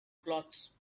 cloths